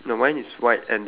is white colour right